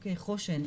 חוש"ן,